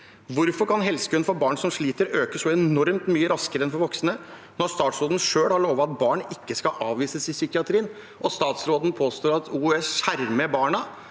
Hvorfor kan helsekøen for barn som sliter, øke så enormt mye raskere enn for voksne, når statsråden selv har lovet at barn ikke skal avvises i psykiatrien? Statsråden påstår at OUS skjermer barna,